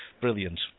brilliant